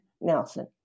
Nelson